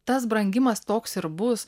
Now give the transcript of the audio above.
tas brangimas toks ir bus